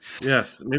Yes